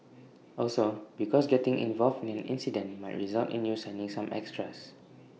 also because getting involved in an incident might result in you signing some extras